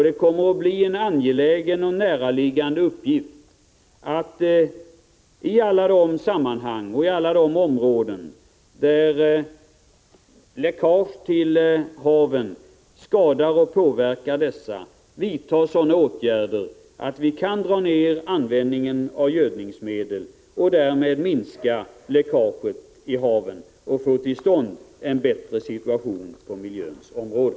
Det kommer att bli en angelägen och näraliggande uppgift att i alla de sammanhang och på alla de områden där läckage till haven skadar och påverkar dem vidta sådana åtgärder att vi kan dra ner användningen av gödningsmedel och därmed minska läckaget i haven och få till stånd en bättre situation på miljöns område.